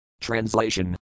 Translation